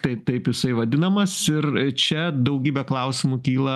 taip taip jisai vadinamas ir čia daugybė klausimų kyla